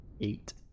Eight